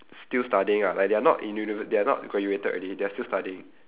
still studying lah like they're are not in unive~ they are not graduated already they're still studying